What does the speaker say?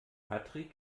patrick